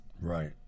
right